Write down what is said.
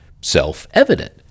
self-evident